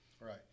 Right